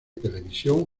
televisión